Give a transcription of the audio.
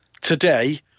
today